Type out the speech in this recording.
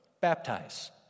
Baptize